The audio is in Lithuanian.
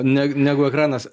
ne negu ekranas